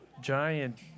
giant